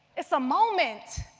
it's a moment!